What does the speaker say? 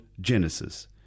Genesis